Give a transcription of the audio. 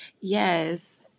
yes